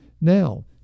now